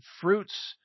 fruits